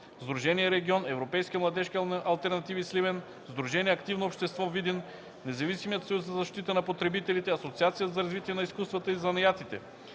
сдружение „Регион”; Европейски младежки алтернативи – Сливен; сдружение „Активно общество” – Видин; Независимият съюз за защита на потребителите; Асоциация за развитие на изкуствата и занаятите;